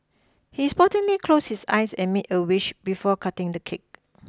he sportingly closed his eyes and made a wish before cutting the cake